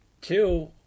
two